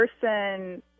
person